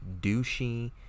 douchey